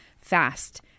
fast